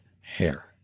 hair